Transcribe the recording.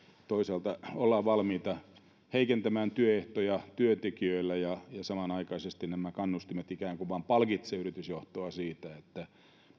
toisaalta ollaan valmiita heikentämään työehtoja työntekijöille ja samanaikaisesti nämä kannustimet ikään kuin vain palkitsevat yritysjohtoa siitä että